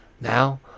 Now